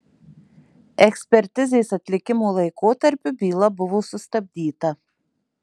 ekspertizės atlikimo laikotarpiu byla buvo sustabdyta